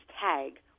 tag